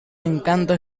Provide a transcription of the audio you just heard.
encanto